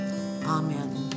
amen